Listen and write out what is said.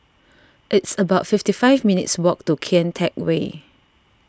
it's about fifty five minutes' walk to Kian Teck Way